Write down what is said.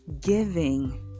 giving